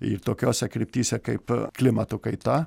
ir tokiose kryptyse kaip klimato kaita